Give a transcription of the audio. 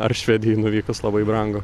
ar švedijoj nuvykus labai brangu